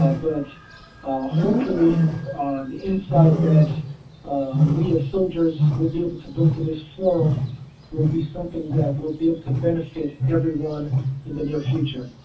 ah but hopefully the insight that we as soldiers will be able to bring to this forum will be something that will be able to benefit everyone in the near future.